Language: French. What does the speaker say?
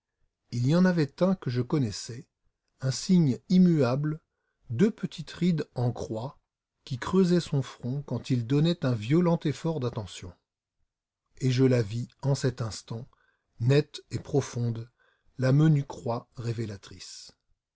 il y en avait un que je connaissais un signe immuable deux petites rides en croix qui creusaient son front quand il donnait un violent effort d'attention et je la vis en cet instant nette et profonde la menue croix révélatrice